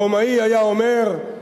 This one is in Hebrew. הרומאי היה אומר: